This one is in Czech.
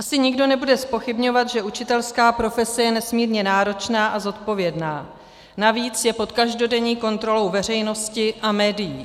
Asi nikdo nebude zpochybňovat, že učitelská profese je nesmírně náročná a zodpovědná, navíc je pod každodenní kontrolou veřejnosti a médií.